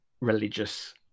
religious